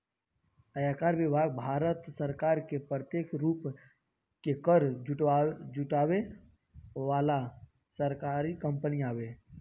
आयकर विभाग भारत सरकार के प्रत्यक्ष रूप से कर जुटावे वाला सरकारी कंपनी हवे